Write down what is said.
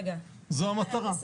זו המטרה.